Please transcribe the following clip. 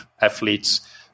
athletes